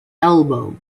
elbow